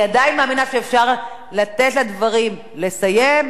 אני עדיין מאמינה שאפשר לתת לדוברים לסיים,